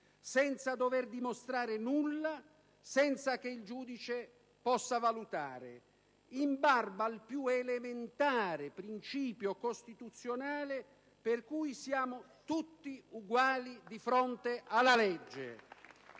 senza dover dimostrare nulla, senza che il giudice possa valutare, in barba al più elementare principio costituzionale per cui siamo tutti uguali di fronte alla legge.